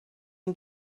این